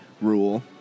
rule